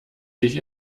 dich